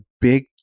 big